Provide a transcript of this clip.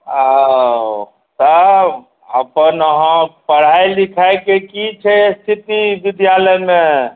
ओ तब अपन अहाँ पढ़ाइ लिखाइके की छै स्थिति विद्यालयमे